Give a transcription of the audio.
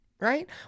Right